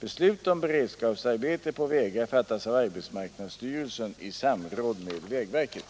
Beslut om beredskapsarbete på vägar fattas av arbetsmarknadsstyrelsen i samråd med vägverket.